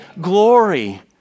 glory